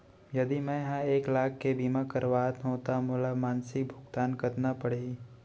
यदि मैं ह एक लाख के बीमा करवात हो त मोला मासिक भुगतान कतना पड़ही?